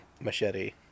machete